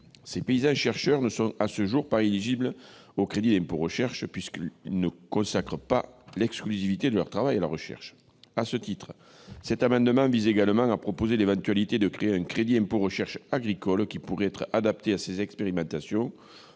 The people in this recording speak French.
Ces « paysans chercheurs » ne sont pas à ce jour éligibles au crédit d'impôt recherche, puisqu'ils ne consacrent pas l'exclusivité de leur travail à la recherche. À ce titre, cet amendement vise également à proposer la création d'un crédit d'impôt recherche agricole qui pourrait être adapté à ces expérimentations